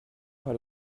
par